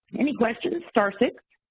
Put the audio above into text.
any questions, star six.